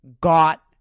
got